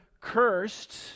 cursed